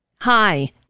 hi